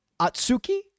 Atsuki